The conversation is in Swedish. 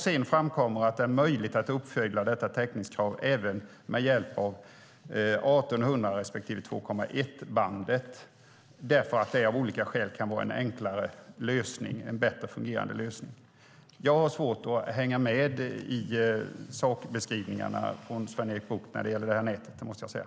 Sedan framkommer det att det är möjligt att uppfylla detta täckningskrav även med hjälp av 1 800 respektive 2,1-bandet därför att det av olika skäl kan vara en enklare lösning, en bättre fungerande lösning. Jag har svårt att hänga med i sakbeskrivningarna från Sven-Erik Bucht när det gäller det här nätet. Det måste jag säga.